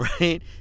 right